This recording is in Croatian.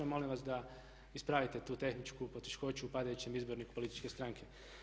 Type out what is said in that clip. Molim vas da ispravite tu tehničku poteškoću u padajućem izborniku političke stranke.